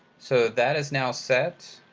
so that is now set.